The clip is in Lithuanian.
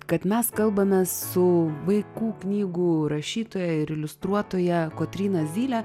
kad mes kalbamės su vaikų knygų rašytoja ir iliustruotoja kotryna zyle